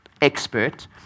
expert